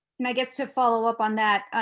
me? i guess to follow up on that,